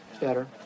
better